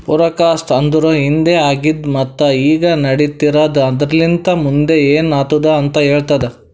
forecast ಅಂದುರ್ ಹಿಂದೆ ಆಗಿದ್ ಮತ್ತ ಈಗ ನಡಿತಿರದ್ ಆದರಲಿಂತ್ ಮುಂದ್ ಏನ್ ಆತ್ತುದ ಅಂತ್ ಹೇಳ್ತದ